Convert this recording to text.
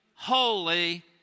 Holy